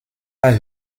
pas